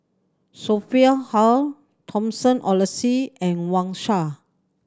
Sophia How Thomas Oxley and Wang Sha